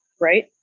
right